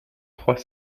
trois